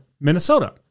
Minnesota